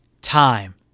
time